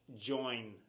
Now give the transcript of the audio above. join